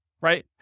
right